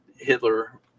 Hitler